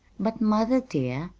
but, mother, dear,